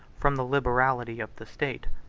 from the liberality of the state.